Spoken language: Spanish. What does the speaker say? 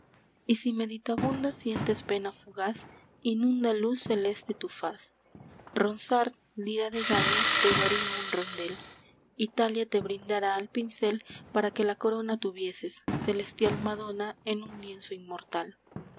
y si meditabunda sientes pena fugaz inunda luz celeste tu faz ronsard lira de galia te daría un rondel italia te brindara al pincel para que la corona tuvieses celestial madona en un lienzo inmortal